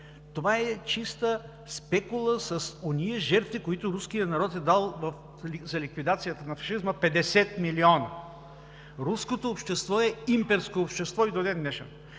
това е чиста спекула с онези жертви, които руският народ е дал за ликвидацията на фашизма – 50 милиона. Руското общество е имперско общество и до ден днешен.